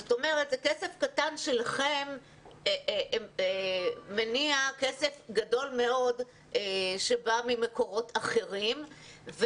זאת אומרת שכסף קטן שלכם מניע כסף גדול מאוד שבא ממקורות אחרים,